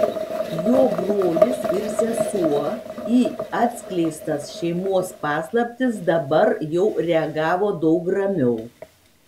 jo brolis ir sesuo į atskleistas šeimos paslaptis dabar jau reagavo daug ramiau